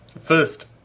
first